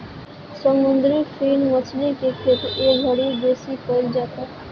समुंदरी फिन मछरी के खेती एघड़ी बेसी कईल जाता